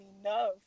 enough